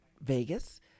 Vegas